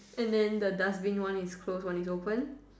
and then the dust Bin one is close one is open